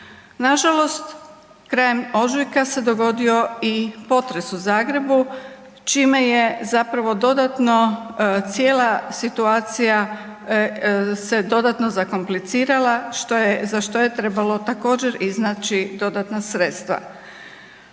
Nažalost krajem ožujka se dogodio i potres u Zagrebu čime je dodatno cijela situacija se dodatno zakomplicirala za što je trebalo također iznaći dodatna sredstva.